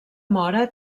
mora